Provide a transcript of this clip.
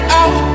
out